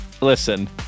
Listen